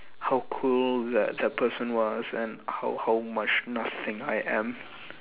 how cool that that person was and how how much nothing I am